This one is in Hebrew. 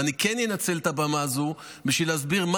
ואני אנצל את הבמה הזו כדי להסביר מה